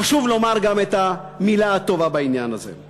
חשוב לומר גם את המילה הטובה בעניין הזה.